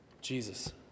Jesus